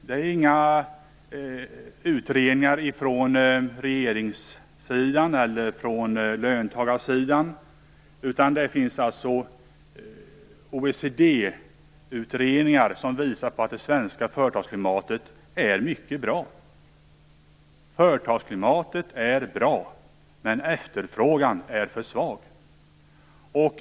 Det är inte bara fråga om utredningar från regeringssidan eller från löntagarsidan, utan det finns OECD utredningar som visar att det svenska företagsklimatet är mycket bra. Företagsklimatet är bra, men efterfrågan är för svag.